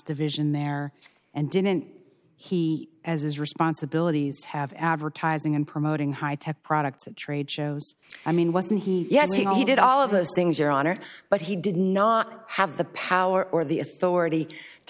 division there and didn't he as his responsibilities have advertising and promoting high tech products at trade shows i mean wasn't he yes he did all of those things your honor but he did not have the power or the authority to